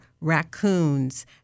raccoons